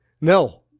No